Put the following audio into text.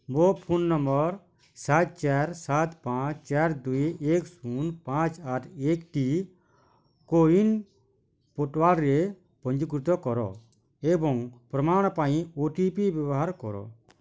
ମୋ phone number ସାତ ଚାରି ସାତ ପାଞ୍ଚ ଚାରି ଦୁଇ ଏକ ଶୂନ ପାଞ୍ଚ ଆଠ ଏକ ଟି କୋୱିନ୍ ପୁଟୱାର୍ରେ ପଞ୍ଜୀକୃତ କର ଏବଂ ପ୍ରମାଣ ପାଇଁ ଓ ଟି ପି ବ୍ୟବହାର କର